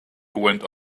went